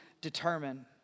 determine